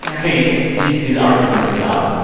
and katie, these these arguments about,